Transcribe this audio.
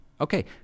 Okay